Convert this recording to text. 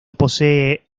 posee